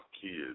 kids